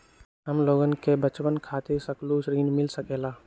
हमलोगन के बचवन खातीर सकलू ऋण मिल सकेला?